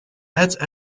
add